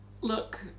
look